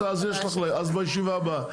אז בסדר, אז יש לך, אז בישיבה הבאה.